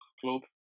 club